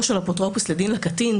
או של אפוטרופוס לדין לקטין.